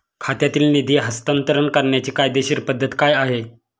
खात्यातील निधी हस्तांतर करण्याची कायदेशीर पद्धत काय आहे?